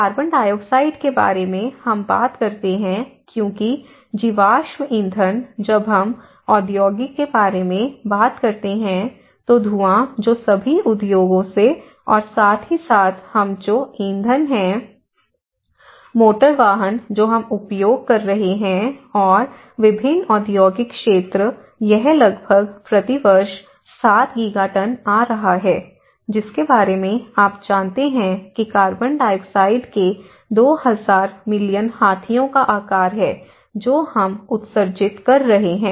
carbon dioxide के बारे में हम बात करते हैं क्योंकि जीवाश्म ईंधन जब हम औद्योगिक के बारे में बात करते हैं तो धुआं जो सभी उद्योगों से और साथ ही साथ हम जो ईंधन हैं मोटर वाहन जो हम उपयोग कर रहे हैं और विभिन्न औद्योगिक क्षेत्र यह लगभग प्रति वर्ष 7 गीगा टन आ रहा है जिसके बारे में आप जानते हैं कि कार्बन डाइऑक्साइड के 2000 मिलियन हाथियों का आकार है जो हम उत्सर्जित कर रहे हैं